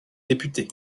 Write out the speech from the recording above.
députés